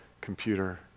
computer